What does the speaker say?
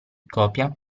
copia